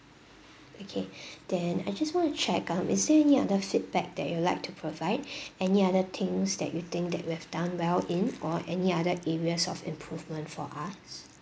okay then I just want to check um is there any other feedback that you would like to provide any other things that you think that we have done well in or any other areas of improvement for us